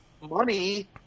money